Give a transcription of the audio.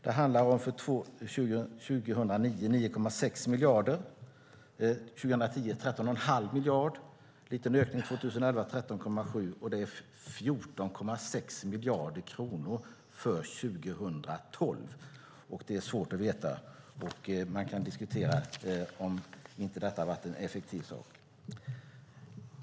Det handlar om 9,6 miljarder kronor för 2009, om 13 1⁄2 miljard kronor för 2010, om 13,7 miljarder kronor för 2011 och om 14,6 miljarder kronor för 2012. Det är svårt att veta, och man kan diskutera om detta inte varit något effektivt.